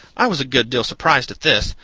i was a good deal surprised at this,